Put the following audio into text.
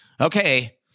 okay